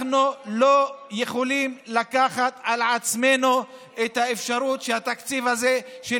אנחנו לא יכולים לקחת על עצמנו את האפשרות שהתקציב הזה של